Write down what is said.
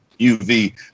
UV